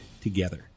together